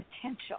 potential